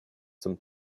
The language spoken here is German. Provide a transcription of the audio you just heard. zum